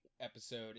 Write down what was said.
episode